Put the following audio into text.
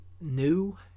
new